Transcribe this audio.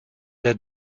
der